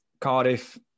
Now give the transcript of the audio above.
Cardiff